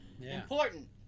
important